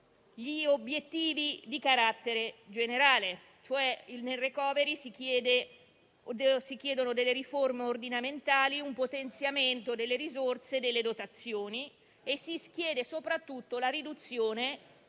gli obiettivi di carattere generale: nel *recovery* si chiedono delle riforme ordinamentali, un potenziamento delle risorse e delle dotazioni e si chiede soprattutto una riduzione